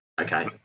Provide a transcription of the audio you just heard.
Okay